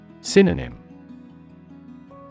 Synonym